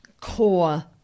core